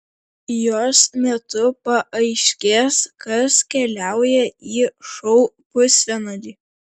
jos metu paaiškės kas keliauja į šou pusfinalį